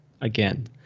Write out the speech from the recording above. again